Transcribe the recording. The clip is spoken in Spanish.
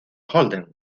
holden